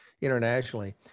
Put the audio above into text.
internationally